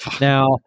Now